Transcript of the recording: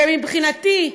ומבחינתי,